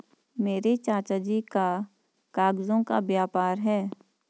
मेरे चाचा जी का कागजों का व्यापार है